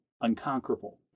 unconquerable